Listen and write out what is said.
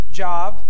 job